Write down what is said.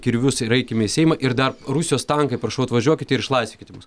kirvius ir eikime į seimą ir dar rusijos tankai prašau atvažiuokite ir išlaisvinkite mus